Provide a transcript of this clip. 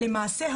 למעשה,